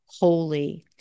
holy